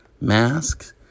masks